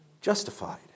Justified